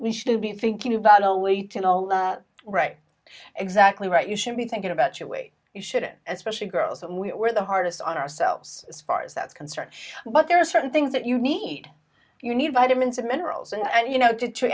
we should be thinking about always right exactly right you should be thinking about your weight you shouldn't especially girls and we're the hardest on ourselves as far as that's concerned but there are certain things that you need you need vitamins and minerals and you know to to